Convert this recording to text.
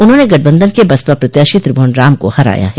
उन्होंने गठबंधन के बसपा प्रत्याशी त्रिभुवन राम को हराया है